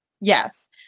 Yes